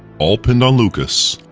all pinned on lucas,